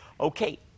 Okay